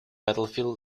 battlefield